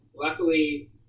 Luckily